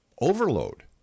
overload